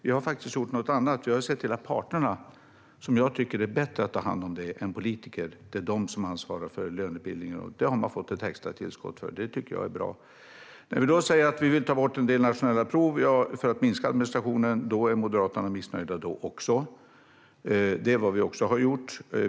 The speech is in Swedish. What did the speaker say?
Vi har också gjort något annat: Vi har sett till att parterna som ansvarar för lönebildningen - och som jag tycker är bättre lämpade att ta hand om det än politiker - har fått ett extra tillskott för det. Det tycker jag är bra. Vi säger att vi vill ta bort en del nationella prov för att minska administrationen. Moderaterna är missnöjda då också, men det har vi gjort.